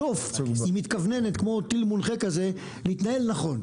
בסוף היא מתכווננת, כמו טיל מונחה, להתנהל נכון.